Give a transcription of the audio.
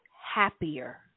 happier